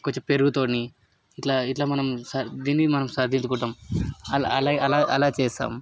కొంచం పెరుగుతో ఇట్లా ఇట్లా మనం సర్ దీన్ని మనం సరిదిద్దుకుంటాం అల అలా అలా చేసాం